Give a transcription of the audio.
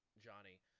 Johnny